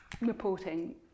reporting